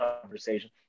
conversation